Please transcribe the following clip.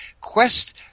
Quest